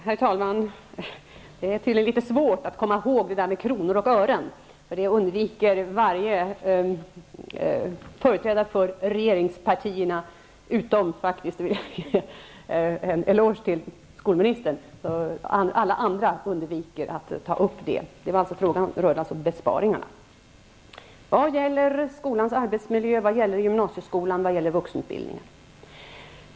Herr talman! Det är tydligen litet svårt att komma ihåg detta med kronor och ören. Det undviker varje företrädare för regeringspartierna utom faktiskt skolministern, som jag vill ge en eloge. Frågan rörde alltså besparingarna beträffande skolans arbetsmiljö, gymnasieskolan och vuxenutbildningen.